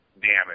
damage